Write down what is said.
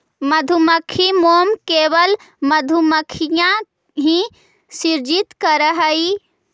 मधुमक्खी मोम केवल मधुमक्खियां ही सृजित करअ हई